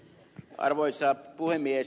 arvoisa puhemies